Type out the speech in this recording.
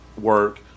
work